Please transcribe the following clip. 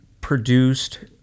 produced